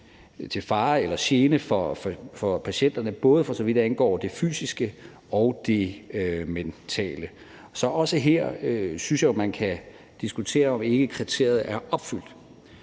til fare eller gene for patienterne, både for så vidt angår det fysiske og det mentale. Så også her synes jeg jo, man kan diskutere, om ikke kriteriet er opfyldt.